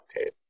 okay